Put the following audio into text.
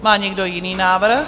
Má někdo jiný návrh?